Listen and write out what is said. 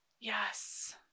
Yes